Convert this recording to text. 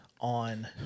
on